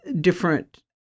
different